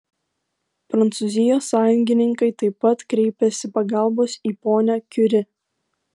prancūzijos sąjungininkai taip pat kreipiasi pagalbos į ponią kiuri